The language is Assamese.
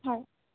হয়